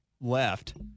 left